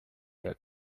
jak